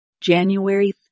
January